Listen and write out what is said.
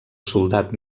soldat